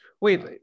Wait